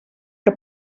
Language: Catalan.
que